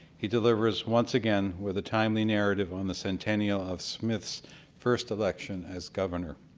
he delivers once again, with a timely narrative on the centennial of smith's first election as governor.